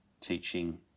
teaching